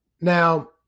Now